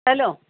hello